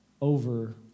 over